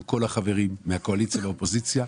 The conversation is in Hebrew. עם כל החברים מן הקואליציה ומן האופוזיציה,